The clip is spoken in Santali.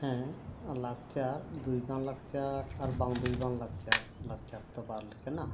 ᱦᱮᱸ ᱞᱟᱠᱪᱟᱨ ᱫᱩᱨᱤᱵᱟᱱ ᱞᱟᱠᱪᱟᱨ ᱟᱨ ᱵᱟᱝ ᱫᱩᱨᱤᱵᱟᱱ ᱞᱟᱠᱪᱟᱨ ᱞᱟᱠᱪᱟᱨ ᱫᱚ ᱵᱟᱨ ᱞᱮᱠᱟᱱᱟ